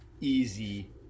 easy